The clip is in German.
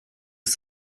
ist